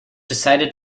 decided